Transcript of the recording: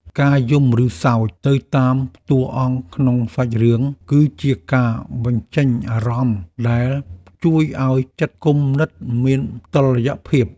ការយំឬសើចទៅតាមតួអង្គក្នុងសាច់រឿងគឺជាការបញ្ចេញអារម្មណ៍ដែលជួយឱ្យចិត្តគំនិតមានតុល្យភាព។